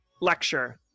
lecture